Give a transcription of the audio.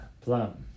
plum